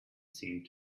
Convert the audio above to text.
seemed